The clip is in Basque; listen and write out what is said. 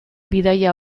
bidaia